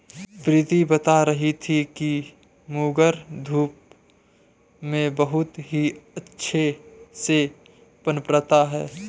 प्रीति बता रही थी कि मोगरा धूप में बहुत ही अच्छे से पनपता है